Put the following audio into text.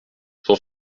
cent